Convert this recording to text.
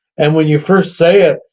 and when you first say it,